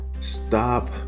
Stop